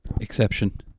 Exception